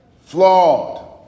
flawed